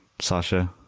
sasha